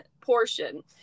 portion